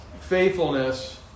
faithfulness